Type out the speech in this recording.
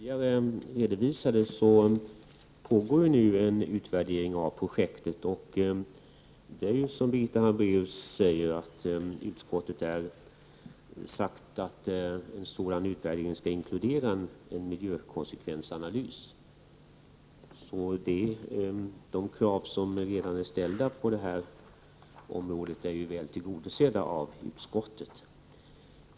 Herr talman! Som jag sade tidigare pågår det för närvarande en utvärdering av projektet, och som Birgitta Hambraeus underströk har ju utskottet framhållit att en utvärdering också skall innefatta en miljökonsekvensanalys. Så de krav som har ställts har ju tillgodosetts av utskottet.